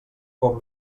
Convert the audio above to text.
com